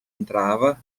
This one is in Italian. entrava